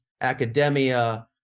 academia